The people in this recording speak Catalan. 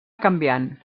canviant